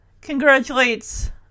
congratulates